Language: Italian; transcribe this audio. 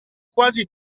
quasi